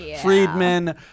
Friedman